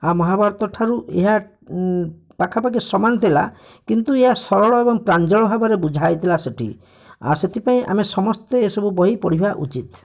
ଆଉ ମହାଭାରତ ଠାରୁ ଏହା ପାଖାପାଖି ସମାନ ଥିଲା କିନ୍ତୁ ଏହା ସରଳ ଏବଂ ପ୍ରାଞ୍ଜଳ ଭାବରେ ବୁଝା ହେଇଥିଲା ସେଠି ଆଉ ସେଥିପାଇଁ ଆମେ ସମସ୍ତେ ଏସବୁ ବହି ପଢ଼ିବା ଉଚିତ୍